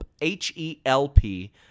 H-E-L-P